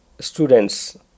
students